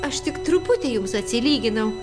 aš tik truputį jums atsilyginau